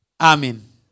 Amen